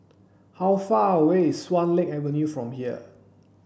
how far away is Swan Lake Avenue from here